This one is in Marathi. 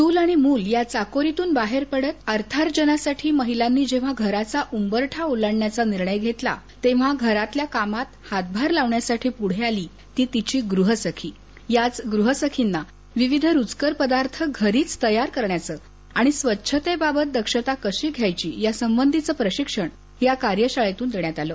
चूल आणि मूल या चाकोरीतून बाहेर पडत अर्थार्जनासाठी महिलांनी जेव्हा घराचा उंबरठा ओलांडण्याचा निर्णय घेतला तेव्हा घरातल्या कामात हातभार लावण्यासाठी पुढे आली ती तिची गृहसखी गृहसखीना विविध रुचकर पदार्थ घरीच तयार करण्याचं आणि स्वच्छतेबाबत दक्षता कशी घ्यायची यासंबधीचं प्रशिक्षण या कार्याशाळेतून देण्यात आलं